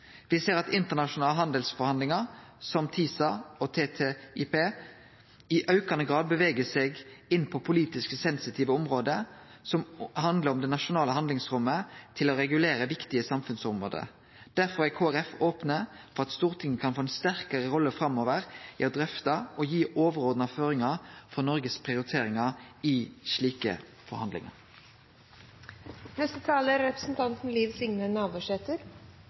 ser at internasjonale handelsforhandlingar, som TISA og TTIP, i aukande grad bevegar seg inn på politisk sensitive område som handlar om det nasjonale handlingsrommet til å regulere viktige samfunnsområde. Derfor er Kristeleg Folkeparti opne for at Stortinget kan få ei sterkare rolle framover i å drøfte og gi overordna føringar for Noregs prioriteringar i slike